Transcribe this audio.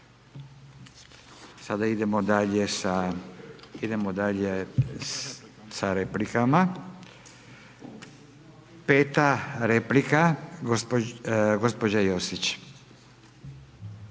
sa, idemo dalje sa replikama. 5 replika gospođa Josić.